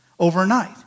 overnight